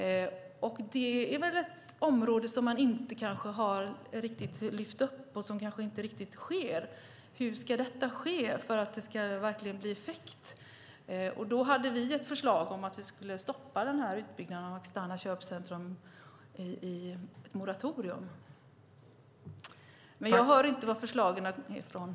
Det är ett område som man kanske inte riktigt har lyft upp. Det sker inte riktigt. Hur ska detta ske för att det verkligen ska bli effekt? Vi hade ett förslag om att vi skulle stoppa utbyggnaden av externa köpcentrum i moratorium. Men jag hör inte några förslag från Otto von Arnold.